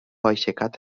aixecat